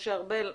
משה ארבל,